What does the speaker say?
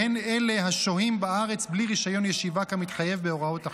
והן אלה השוהים בארץ בלי רישיון ישיבה כמתחייב בהוראות החוק.